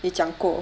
你讲过